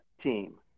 team